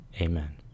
Amen